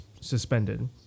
suspended